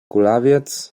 kulawiec